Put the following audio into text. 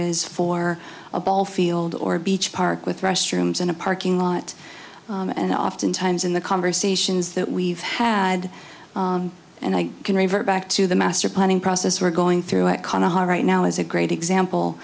is for a ball field or beach park with restrooms in a parking lot and oftentimes in the conversations that we've had and i can revert back to the master planning process we're going through at qana hard right now is a great example